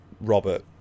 Robert